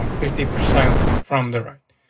ah fifty percent from the right.